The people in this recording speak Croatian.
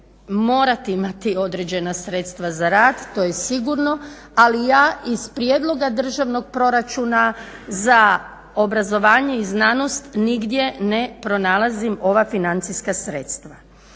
morati imati određena sredstva za rad to je sigurno, ali ja iz prijedloga državnog proračuna za obrazovanje i znanost nigdje ne pronalazim ova financijska sredstva.